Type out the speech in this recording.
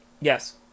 Yes